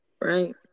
Right